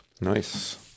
Nice